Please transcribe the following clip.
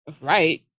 right